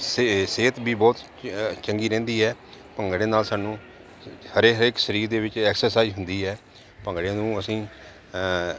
ਸੇ ਸਿਹਤ ਵੀ ਬਹੁਤ ਚੰਗੀ ਰਹਿੰਦੀ ਹੈ ਭੰਗੜੇ ਨਾਲ ਸਾਨੂੰ ਹਰੇ ਹਰੇਕ ਸਰੀਰ ਦੇ ਵਿੱਚ ਐਕਸਰਸਾਈਜ਼ ਹੁੰਦੀ ਹੈ ਭੰਗੜੇ ਨੂੰ ਅਸੀਂ